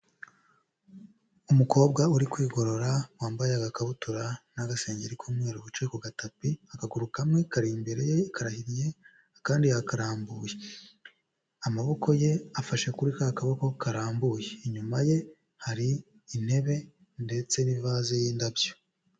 Umukobwa uri kwigorora, wambaye agakabutura n'agasengero k'umweru wicaye ku gatapi, akaguru kamwe kari imbere ye karahinnye, akandi yakarambuye. Amaboko ye afashe kuri ka kaboko karambuye, inyuma ye hari intebe ndetse n'ivaze y'indabyo.